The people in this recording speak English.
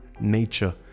nature